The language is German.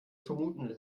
vermuten